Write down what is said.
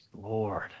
Lord